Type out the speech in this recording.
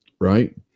right